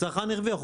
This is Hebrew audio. הצרכן הרוויח.